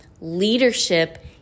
leadership